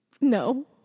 No